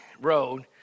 road